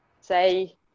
say